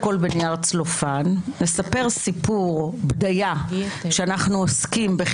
שעבר עליהם שבוע מאוד קשה עם הרבה מאוד אלימות מיותרת בהפגנות.